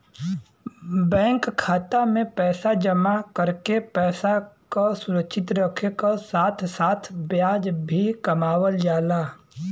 bank खाता में पैसा जमा करके पैसा क सुरक्षित रखे क साथ साथ ब्याज भी कमावल जाला